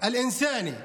ההומניטרי הזה,